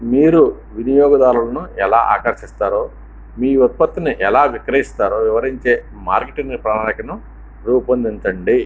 మీరు వినియోగదారులను ఎలా ఆకర్షిస్తారో మీ ఉత్పత్తిని ఎలా విక్రయిస్తారో వివరించే మార్కెటింగ్ ప్రణాళికను రూపొందించండి